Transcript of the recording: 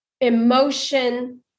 emotion